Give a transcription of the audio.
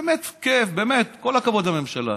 באמת כיף, באמת כל הכבוד לממשלה,